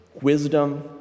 wisdom